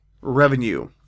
revenue